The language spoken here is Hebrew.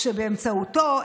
איום הווטו מונף באוויר,